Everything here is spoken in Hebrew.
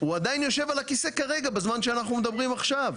הוא עדיין יושב על הכיסא כרגע בזמן שאנחנו מדברים עכשיו.